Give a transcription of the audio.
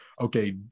okay